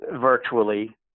virtually